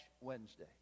Wednesday